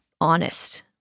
honest